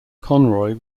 conroy